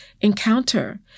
encounter